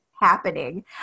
happening